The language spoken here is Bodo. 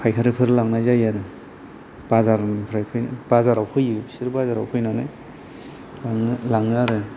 फायखारिफोर लांनाय जायो आरो बाजारनिफ्राय फैनाय बाजारआव फैयो बिसोर बाजाराव फैनानै लाङो आरो